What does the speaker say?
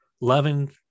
loving